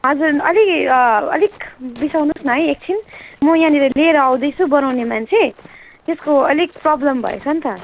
हजुर अलि अलिक बिसाउनुहोस् न है एकछिन म यहाँनिर लिएर आउँदैछु बनाउने मान्छे त्यसको अलिक प्रोब्लम भएछ नि त